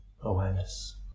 awareness